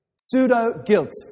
Pseudo-guilt